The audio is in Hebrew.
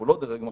לא דרג מהחליט,